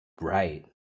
Right